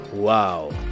Wow